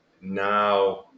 now